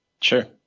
Sure